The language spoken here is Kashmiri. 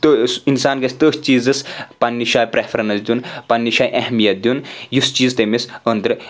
تہٕ اِنسان گژھِ تٔتھۍ چیٖزَس پَننہِ جایہِ پَرٛیفرَنٕس دِیُن پَننہِ جایہِ اہمِیَت دِیُن یُس چیٖز تٔمِس أنٛدرٕ